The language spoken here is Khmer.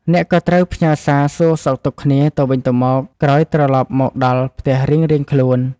អ្នកក៏ត្រូវផ្ញើសារសួរសុខទុក្ខគ្នាទៅវិញទៅមកក្រោយត្រឡប់មកដល់ផ្ទះរៀងៗខ្លួន។